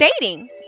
dating